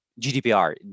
GDPR